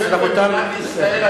במדינת ישראל,